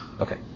Okay